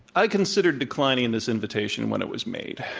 i considered declining this invitation when it was made.